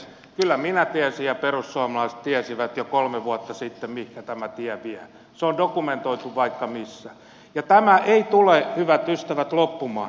kyllä minä tiesin ja perussuomalaiset tiesivät jo kolme vuotta sitten mihinkä tämä tie vie se on dokumentoitu vaikka missä ja tämä ei tule hyvät ystävät loppumaan